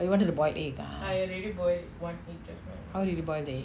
oh you wanted to boil egg ah how did you boil the egg